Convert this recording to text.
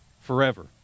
forever